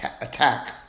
attack